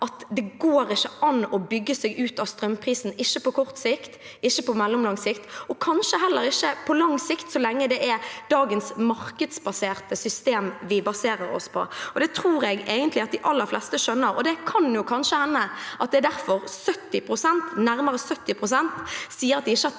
det går ikke an å bygge seg ut av strømprisen – ikke på kort sikt, ikke på mellomlang sikt, og kanskje heller ikke på lang sikt så lenge det er dagens markedsbaserte system vi baserer oss på. Det tror jeg egentlig at de aller fleste skjønner. Det kan kanskje hende at det er derfor nærmere 70 pst. sier at de ikke har